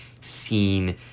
seen